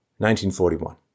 1941